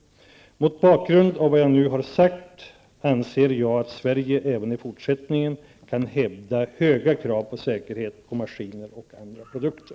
Mot bakgrund av vad jag nu har sagt anser jag att Sverige även i fortsättningen kan hävda höga krav på säkerhet på maskiner och andra produkter.